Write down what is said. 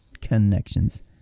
connections